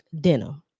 denim